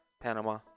Panama